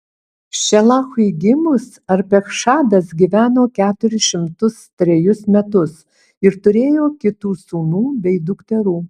šelachui gimus arpachšadas gyveno keturis šimtus trejus metus ir turėjo kitų sūnų bei dukterų